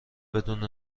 بدون